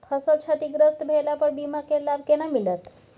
फसल क्षतिग्रस्त भेला पर बीमा के लाभ केना मिलत?